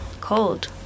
cold